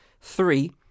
three